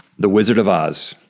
the wizard of oz.